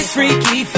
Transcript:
Freaky